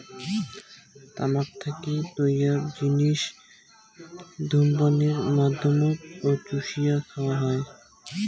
তামাক থাকি তৈয়ার জিনিস ধূমপানের মাধ্যমত ও চুষিয়া খাওয়া হয়